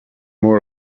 more